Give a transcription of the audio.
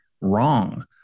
wrong